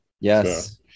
yes